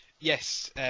Yes